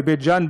בבית ג'ן,